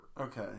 Okay